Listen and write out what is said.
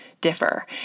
differ